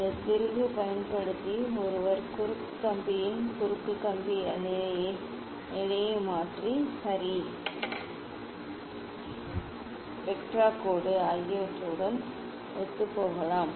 இந்த திருகு பயன்படுத்தி ஒருவர் குறுக்கு கம்பியின் குறுக்கு கம்பி நிலையை மாற்றி சரி ஸ்பெக்ட்ரா கோடு ஆகியவற்றுடன் ஒத்துப்போகலாம்